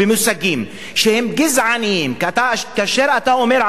כאשר אתה אומר על אוכלוסייה שהיא סרטן,